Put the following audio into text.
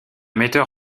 metteur